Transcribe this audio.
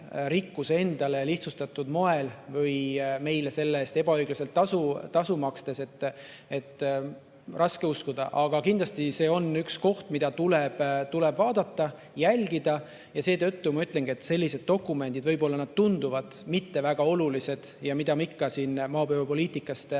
rikkuse endale lihtsustatud moel või meile selle eest ebaõiglast tasu makstes, on raske uskuda. Aga kindlasti see on üks koht, mida tuleb vaadata, jälgida. Seetõttu ma ütlengi, et sellised dokumendid võib-olla ei tundu väga olulised – see, mida me siin maapõuepoliitikast